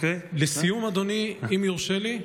לסיום, אדוני, אם יורשה לי: